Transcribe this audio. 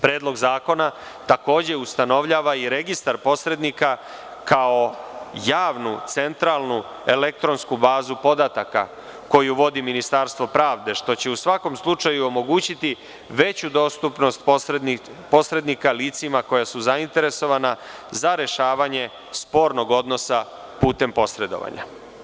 Predlog zakona takođe ustanovljava i registar posrednika kao javnu centralnu elektronsku bazu podataka koju vodi Ministarstvo pravde, što će u svakom slučaju omogućiti veću dostupnost posrednika licima koja su zainteresovana za rešavanje spornog odnosa putem posredovanja.